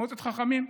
מועצת חכמים,